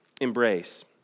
embrace